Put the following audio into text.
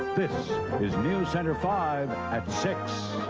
this is newscenter five at six